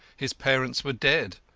his parents were dead,